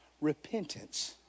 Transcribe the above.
repentance